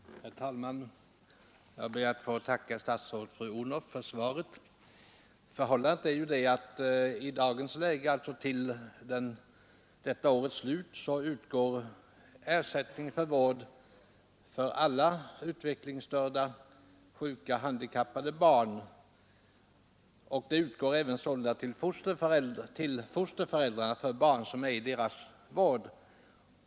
Herr talman! Jag ber att få tacka fru statsrådet Odhnoff för svaret. Förhållandet är, att till detta års slut utgår ersättning för vård av alla utvecklingsstörda, sjuka och handikappade barn. Ersättningen utgör bortemot 400 kronor i månaden och utgår även till fosterföräldrar för barn som är i deras vård.